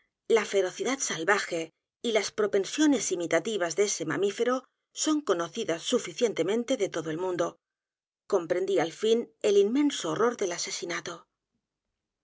la ferocidad salvaje y las propensiones imitativas de ese mamífero son conocidas suficientemente de todo el mundo comprendí al fin el inmenso horror del asesinato